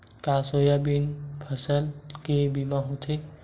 का सोयाबीन फसल के बीमा होथे?